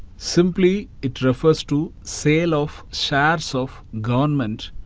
simply, it refers to sale of shares of government,